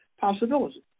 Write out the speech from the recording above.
possibilities